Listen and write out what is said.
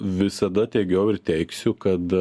visada teigiau ir teigsiu kad